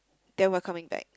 then we're coming back